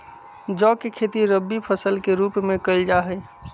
जौ के खेती रवि फसल के रूप में कइल जा हई